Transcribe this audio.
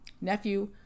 nephew